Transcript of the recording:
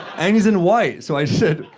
and he's in white, so i said,